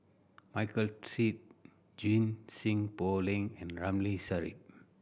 Michael Seet Junie Sng Poh Leng and Ramli Sarip